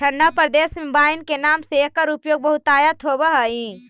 ठण्ढा प्रदेश में वाइन के नाम से एकर उपयोग बहुतायत होवऽ हइ